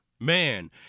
man